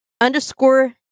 underscore